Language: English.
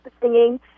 singing